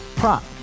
prop